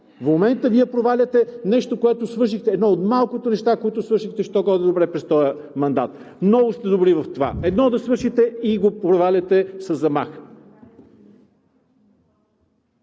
В момента Вие проваляте нещо, което свършихте – едно от малкото неща, които свършихте що-годе добре през този мандат. Много сте добри в това: едно да свършите и го проваляте със замах.